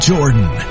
Jordan